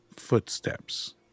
footsteps